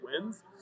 wins